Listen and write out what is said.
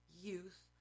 youth